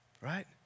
right